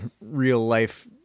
real-life